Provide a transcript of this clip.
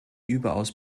überaus